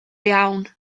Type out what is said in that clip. iawn